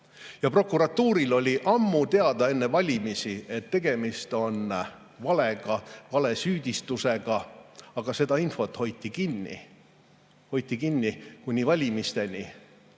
Prokuratuuril oli ammu enne valimisi teada, et tegemist on valega, valesüüdistusega, aga seda infot hoiti kinni. Hoiti kinni kuni valimisteni,